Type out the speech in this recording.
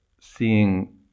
seeing